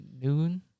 noon